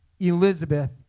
Elizabeth